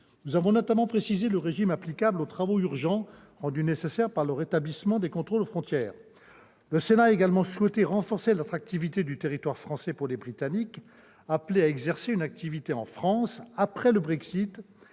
Nous avons notamment précisé le régime applicable aux travaux urgents rendus nécessaires par le rétablissement des contrôles aux frontières. Le Sénat a également souhaité renforcer l'attractivité du territoire français pour les Britanniques appelés à exercer une activité en France après le Brexit